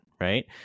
Right